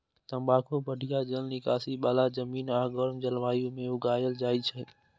तंबाकू बढ़िया जल निकासी बला जमीन आ गर्म जलवायु मे उगायल जाइ छै